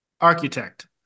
architect